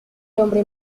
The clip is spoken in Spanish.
hombre